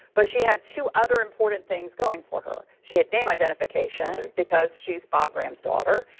but she had two other important things going for her. she had name identification because she's bob graham's daughter,